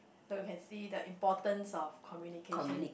so can see the importance of communication